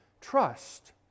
trust